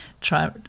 try